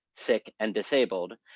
sick, and disabled,